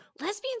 Lesbians